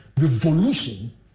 revolution